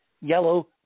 yellow